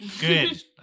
good